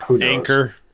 Anchor